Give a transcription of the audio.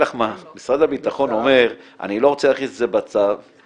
משרד הביטחון אומר שהוא לא רוצה להכניס את זה בחוק,